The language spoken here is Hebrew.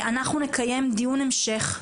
אנחנו נקיים דיון המשך.